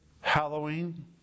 Halloween